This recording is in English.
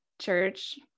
church